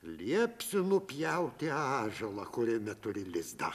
liepsiu nupjauti ąžuolą kuriame turi lizdą